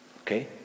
okay